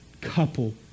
couple